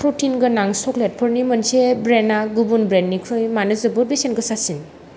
protein गोनां सक्लेटफोरनि मोनसे ब्रेन्डा गुबुन ब्रेन्डनिख्रुइ मानो जोबोद बेसेन गोसासिन